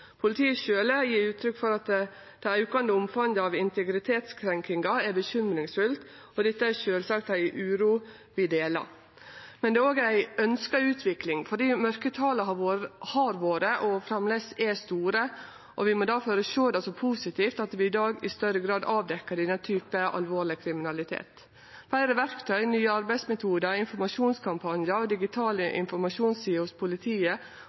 Politiet sjølv gjev uttrykk for at det aukande omfanget av integritetskrenkingar er bekymringsfullt, og dette er sjølvsagt ei uro vi deler. Men det er òg ei ønskt utvikling fordi mørketala har vore og framleis er store, og vi må difor sjå det som positivt at vi i dag i større grad avdekkjer denne typen alvorleg kriminalitet. Betre verktøy, nye arbeidsmetodar, informasjonskampanjar og digitale informasjonssider hos politiet